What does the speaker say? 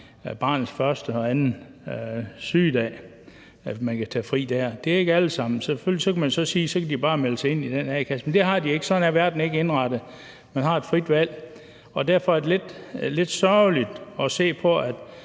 barnets første og anden sygedag og kan tage fri til det. Det er ikke dem alle sammen. Selvfølgelig kan man så sige, at de bare kan melde sig ind i den a-kasse, men det har de ikke gjort. Sådan er verden ikke indrettet. Man har et frit valg. Og derfor er det lidt sørgeligt at se på,